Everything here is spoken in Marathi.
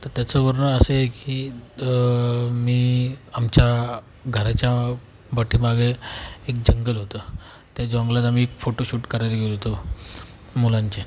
तर त्याचं वर्णन असं आहे की मी आमच्या घराच्या पाठीमागे एक जंगल होतं त्या जंगलात आम्ही एक फोटोशूट करायला गेलो होतो मुलांचे